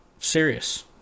serious